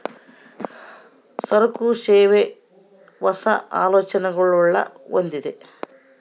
ಸರಕು, ಸೇವೆ, ಹೊಸ, ಆಲೋಚನೆಗುಳ್ನ ಹೊಂದಿದ